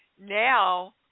now